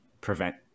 prevent